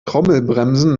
trommelbremsen